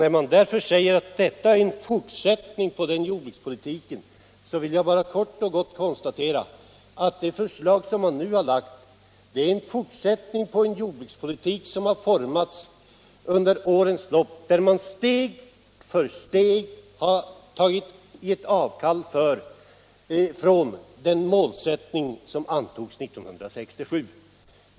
När herr Wictorsson nu säger att utredningsförslaget innebär en fortsättning på den tidigare jordbrukspolitiken vill jag bara kort och gott konstatera att det nu framlagda utredningsförslaget är en fortsättning på en jordbrukspolitik som formats under årens lopp när socialdemokraterna steg för steg gjort avkall på den målsättning som antogs 1967.